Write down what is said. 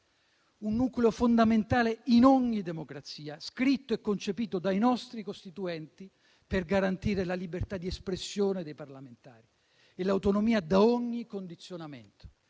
un nucleo fondamentale in ogni democrazia, scritto e concepito dai nostri Costituenti per garantire la libertà di espressione dei parlamentari e l'autonomia da ogni condizionamento.